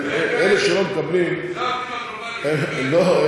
אלה שלא מקבלים, אלה העובדים הגלובליים, לא.